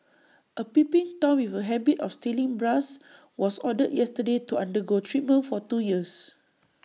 A peeping Tom with A habit of stealing bras was ordered yesterday to undergo treatment for two years